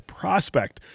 prospect